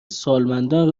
سالمندان